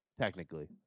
technically